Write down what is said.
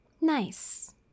Nice